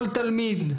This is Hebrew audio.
כל תלמיד,